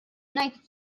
united